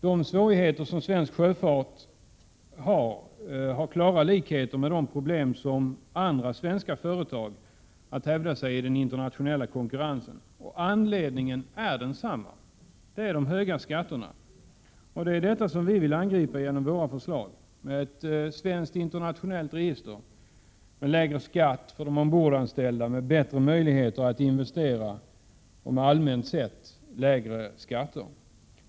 De svårigheter som svensk sjöfart har att kämpa med har klara likheter med de problem som andra svenska företag har när det gäller att hävda sig i den internationella konkurrensen. Anledningen är densamma: Det är de höga skatterna. Detta vill vi angripa genom våra förslag om ett svenskt internationellt register, om lägre skatter för de ombordanställda med bättre möjligheter att investera och allmänt sett lägre skatter.